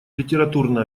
литературно